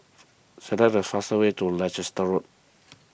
select the fastest way to Leicester Road